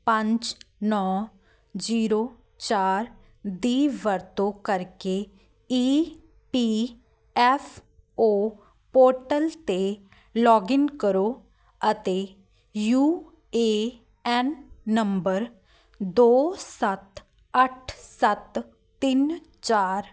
ਪੰਜ ਨੌ ਜੀਰੋ ਚਾਰ ਦੀ ਵਰਤੋਂ ਕਰਕੇ E P F O portal 'ਤੇ ਲੌਗਇਨ ਕਰੋ ਅਤੇ ਯੂ ਏ ਐੱਨ ਨੰਬਰ ਦੋ ਸੱਤ ਅੱਠ ਸੱਤ ਤਿੰਨ ਚਾਰ